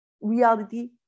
reality